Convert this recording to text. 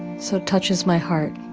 so it touches my heart,